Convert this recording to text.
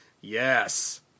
yes